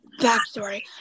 backstory